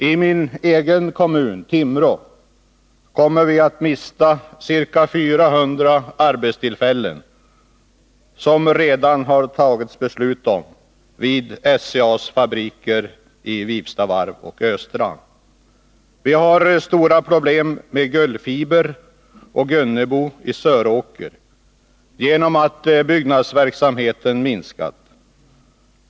I min egen kommun, Timrå, kommer vi att mista ca 400 arbetstillfällen, som det redan har fattats beslut om, vid SCA:s fabriker i Vivstavarv och Östrand. Vi har stora problem med Gullfiber och Gunnebo i Söråker genom att byggnadsverksamheten minskat.